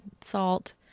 Salt